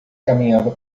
caminhava